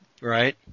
Right